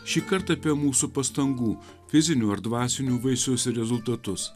šįkart apie mūsų pastangų fizinių ar dvasinių vaisius ir rezultatus